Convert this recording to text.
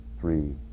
three